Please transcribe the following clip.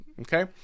Okay